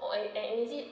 oh and is it